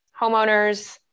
homeowners